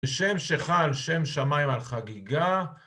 בשם שחל שם שמיים על חגיגה.